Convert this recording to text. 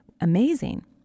amazing